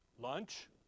Lunch